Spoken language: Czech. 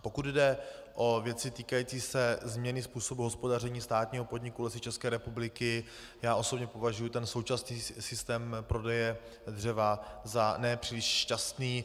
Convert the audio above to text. Pokud jde o věci týkající se změny způsobu hospodaření státního podniku Lesy České republiky, osobně považuji současný systém prodeje dřeva za ne příliš šťastný.